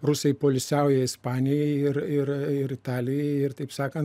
rusai poilsiauja ispanijoj ir ir ir italijoje ir taip sakant